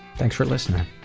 thanks for listening